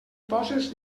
poses